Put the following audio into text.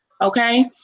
okay